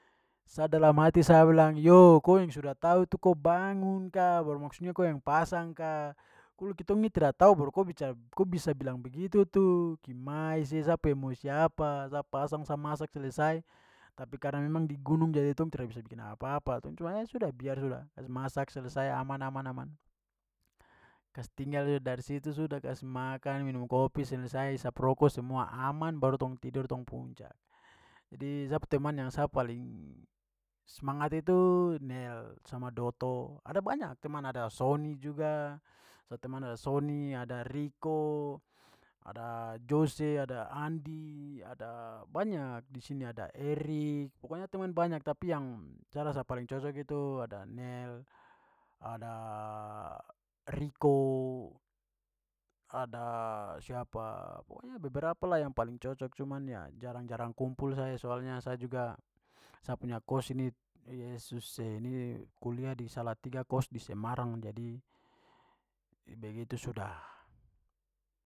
Sa dalam hati sa bilang, "yo, ko yang sudah tahu tu ko bangun ka baru maksudnya ko yang pasang ka, kitong ni tidak tahu baru ko bicara- ko bisa bilang begitu tu, kimai se," sa pu emosi apa. Sa pasang, sa masak, selesai. Tapi karena memang di gunung jadi tong tra bisa bikin apa-apa. Tong cuma, eh sudah, biar sudah. Kasi masak, selesai, aman, aman, aman. Kas tinggal. Dari situ sudah kasi makan, minum kopi, selesai, isap rokok, semua aman baru tong tidur tong puncak. Jadi sa pu teman yang sa paling semangat itu nel sama dotto. Ada banyak teman, ada sony juga. Sa pu teman ada sony, ada rico, ada jose, ada andy, ada banyak di sini, ada eric. Pokoknya teman banyak, tapi yang saya rasa paling cocok itu ada nel, ada rico, ada siapa, pokoknya beberapa lah yang paling cocok, cuman ya jarang-jarang kumpul saja soalnya sa juga sa punya kost ini, yesus e, ni kuliah di salatiga kost di semarang jadi begitu sudah.